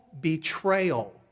betrayal